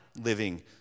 living